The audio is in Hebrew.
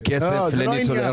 לניצולי שואה.